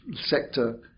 sector